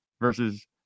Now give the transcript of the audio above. versus